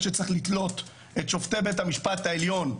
שצריך לתלות את שופטי בית המשפט העליון,